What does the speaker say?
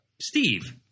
Steve